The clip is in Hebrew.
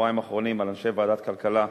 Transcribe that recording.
בשבועיים האחרונים על אנשי ועדת כלכלה,